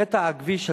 קטע כביש זה,